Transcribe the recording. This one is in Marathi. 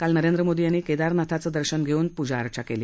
काल नरेंद्र मोदी यांनी केदारनाथाचं दर्शन घेऊन त्यांनी पूजाअर्चा केली